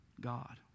God